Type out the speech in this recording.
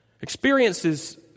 experiences